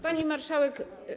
Pani Marszałek!